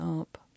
up